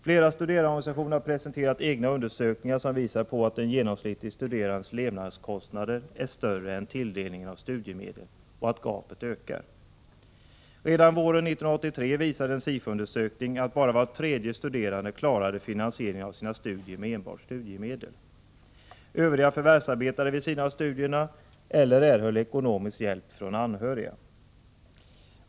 Flera studerandeorganisationer har presenterat egna undersöknngar, som visar på att en genomsnittlig studerandes levnadskostnader är större än tilldelningen av studiemedel och att gapet ökar. Redan våren 1983 visade en SIFO-undersökning att bara var tredje studerande klarade finansieringen av sina studier med enbart studiemedel. Övriga förvärvsarbetade vid sidan av studierna eller erhöll ekonomisk hjälp från anhöriga.